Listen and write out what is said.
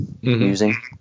using